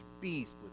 beast